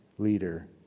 leader